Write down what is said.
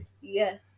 yes